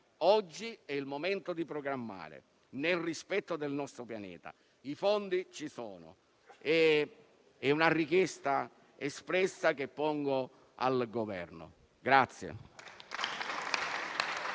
Oggi è il momento di programmare, nel rispetto del nostro pianeta; i fondi ci sono. È una richiesta espressa che avanzo al Governo.